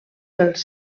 els